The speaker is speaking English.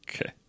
Okay